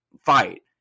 fight